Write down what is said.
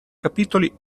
capitoli